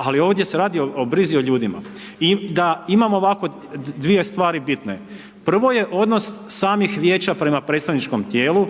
ali ovdje se radi o brizi o ljudima. I imamo ovako 2 stvari bitne, prvo je odnos samih vijeća prema predstavničkom tijelu,